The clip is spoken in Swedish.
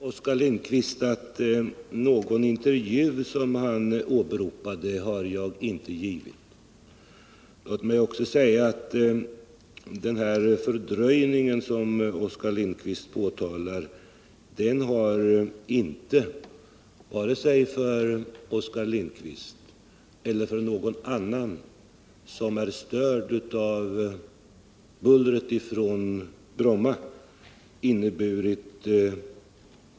Herr talman! Jag vill säga till Oskar Lindkvist att någon sådan intervju som han åberopade har jag inte givit. Låt mig också säga att behandlingen av frågan inte har inneburit någon fördröjning av ärendet vare sig för Oskar Lindkvist eller för någon annan som är störd av bullret från Bromma.